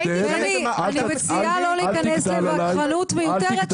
בני, אני מציעה לא להיכנס לווכחנות מיותרת.